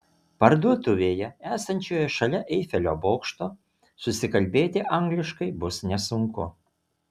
parduotuvėje esančioje šalia eifelio bokšto susikalbėti angliškai bus nesunku